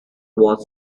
was